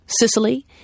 Sicily